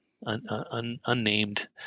Unnamed